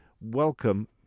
welcome